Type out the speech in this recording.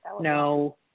no